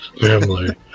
Family